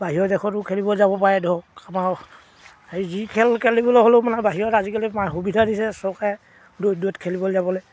বাহিৰৰ দেশতো খেলিব যাব পাৰে ধৰক আমাৰ এই যি খেল খেলিবলৈ হ'লেও মানে বাহিৰত আজিকালি সুবিধা দিছে চৰকাৰে দূৰৈত দূৰৈত খেলিবলৈ যাবলৈ